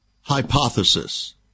Hypothesis